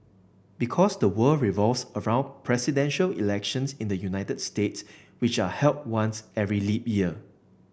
because the world revolves around Presidential Elections in the United States which are held once every leap year